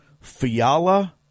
Fiala